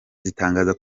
zitangaza